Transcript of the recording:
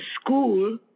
school